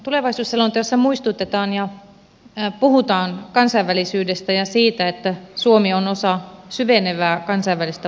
tulevaisuusselonteossa muistutetaan ja puhutaan kansainvälisyydestä ja siitä että suomi on osa syvenevää kansainvälistä vuorovaikutusta